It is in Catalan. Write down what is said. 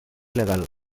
legal